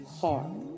hard